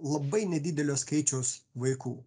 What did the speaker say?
labai nedidelio skaičiaus vaikų